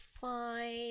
fine